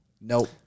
Nope